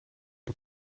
het